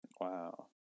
Wow